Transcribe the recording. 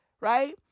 Right